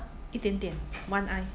一点点 one eye it's okay mine is